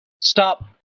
stop